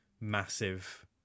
massive